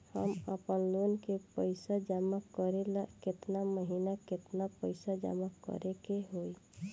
हम आपनलोन के पइसा जमा करेला केतना महीना केतना पइसा जमा करे के होई?